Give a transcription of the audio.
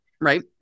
right